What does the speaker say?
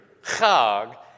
chag